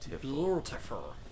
Beautiful